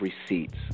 receipts